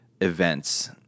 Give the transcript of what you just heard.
events